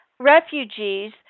refugees